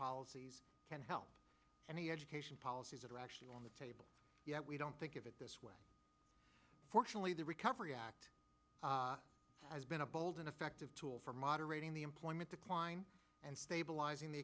policies can help and the education policies are actually on the table yet we don't think of it this way fortunately the recovery act has been a bold and effective tool for moderating the employment decline and stabilizing the